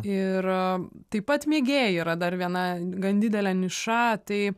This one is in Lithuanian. ir taip pat mėgėjai yra dar viena gan didelė niša tai